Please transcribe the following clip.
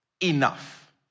enough